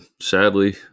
sadly